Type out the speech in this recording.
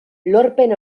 lorpen